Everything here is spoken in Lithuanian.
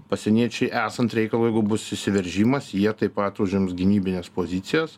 pasieniečiai esant reikalui jeigu bus įsiveržimas jie taip pat užims gynybines pozicijas